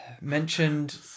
mentioned